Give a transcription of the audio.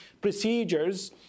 procedures